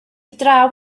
draw